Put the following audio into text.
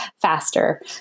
faster